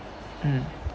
mm